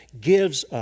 gives